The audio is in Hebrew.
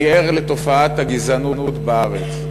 אני ער לתופעת הגזענות בארץ.